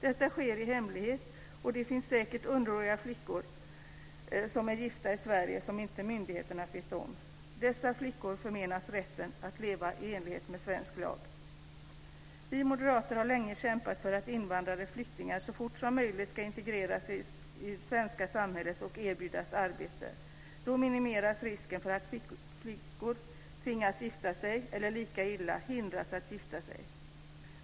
Detta sker i hemlighet, och det finns säkert underåriga gifta flickor i Sverige som inte myndigheterna vet om. Dessa flickor förmenas rätten att leva i enlighet med svensk lag. Vi moderater har länge kämpat för att invandrare och flyktingar så fort som möjligt ska integreras i det svenska samhället och erbjudas arbete. Då minimeras risken för att flickor tvingas att gifta sig eller, lika illa, hindras att gifta sig.